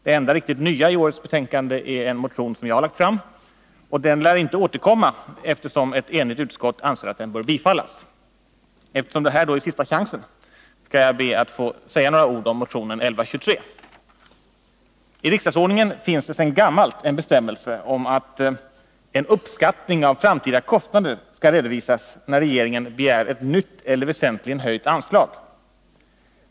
Det enda riktigt nya i årets betänkande är en motion som jag har lagt fram, och den lär inte återkomma, eftersom ett enigt utskott anser att den bör bifallas. Eftersom detta då är sista chansen skall jag be att få säga några ord om motion 1123. I riksdagsordningen finns det sedan gammalt en bestämmelse om att en uppskattning av framtida kostnader skall redovisas när regeringen begär ett nytt eller väsentligen höjt anslag.